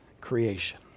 creation